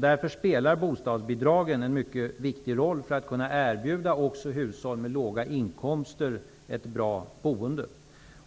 Därför spelar bostadsbidragen en mycket viktig roll för att man också skall kunna erbjuda hushåll med mycket låga inkomster ett bra boende.